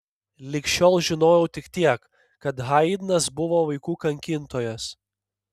lig šiol žinojau tik tiek kad haidnas buvo vaikų kankintojas